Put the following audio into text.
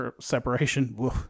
separation